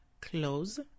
Close